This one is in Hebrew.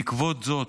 בעקבות זאת,